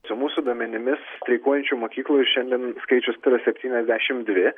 su mūsų duomenimis streikuojančių mokyklų ir šiandien skaičius yra septyniasdešimt dvi